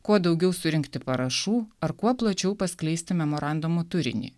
kuo daugiau surinkti parašų ar kuo plačiau paskleisti memorandumo turinį